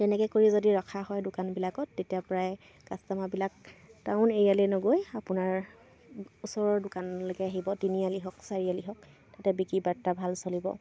তেনেকৈ কৰি যদি ৰখা হয় দোকানবিলাকত তেতিয়া প্ৰায় কাষ্টমাৰবিলাক টাউন এৰিয়ালৈ নগৈ আপোনাৰ ওচৰৰ দোকানলৈকে আহিব তিনিআলি হওক চাৰিআলি হওক তাতে বিক্ৰী বাৰ্তা ভাল চলিব